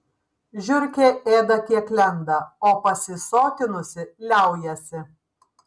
žiurkė ėda kiek lenda o pasisotinusi liaujasi